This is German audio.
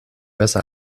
besser